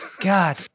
God